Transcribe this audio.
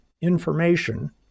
information